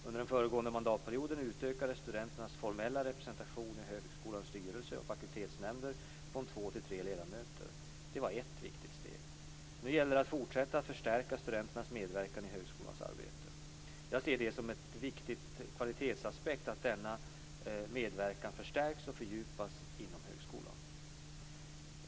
Under den föregående mandatperioden utökades studenternas formella representation i högskolans styrelse och fakultetsnämnder från två till tre ledamöter. Det var ett viktigt steg. Nu gäller det att fortsätta att förstärka studenternas medverkan i högskolans arbete. Jag ser det som en viktig kvalitetsaspekt att denna medverkan förstärks och fördjupas inom högskolan.